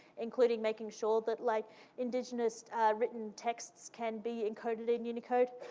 including making sure that like indigenous written texts can be encoded in unicode.